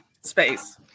space